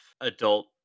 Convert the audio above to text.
adult